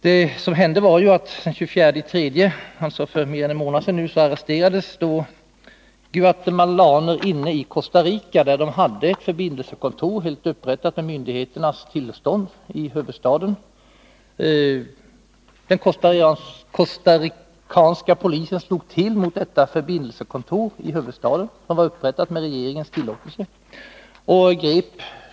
Den 24 mars, alltså för mer än en månad sedan, arresterades guatemalaner inne i Costa Rica, där de i huvudstaden hade ett förbindelsekontor som upprättats med myndigheternas tillstånd. Den costaricanska polisen slog till mot detta förbindelsekontor i huvudstaden, som alltså hade upprättats med regeringens tillåtelse.